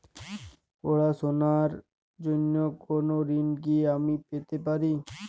পড়াশোনা র জন্য কোনো ঋণ কি আমি পেতে পারি?